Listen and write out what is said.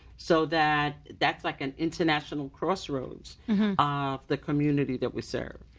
so that that's like an international crossroads of the community that we serve.